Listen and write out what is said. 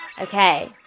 Okay